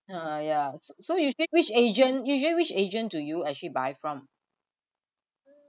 ah ya so so usually which agent usually which agent do you actually buy from